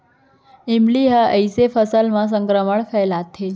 इल्ली ह कइसे फसल म संक्रमण फइलाथे?